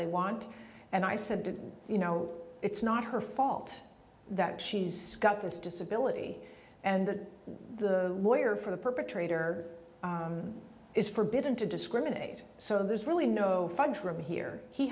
they want and i said to them you know it's not her fault that she's got this disability and the the lawyer for the perpetrator is forbidden to discriminate so there's really no fudge room here he